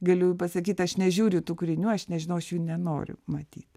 galiu pasakyt aš nežiūriu tų kūrinių aš nežinau aš jų nenoriu matyt